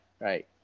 right